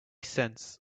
since